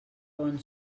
bon